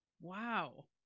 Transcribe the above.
Wow